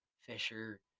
fisher